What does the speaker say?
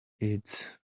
its